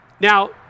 Now